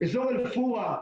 אזור אל-פורעה,